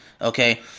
Okay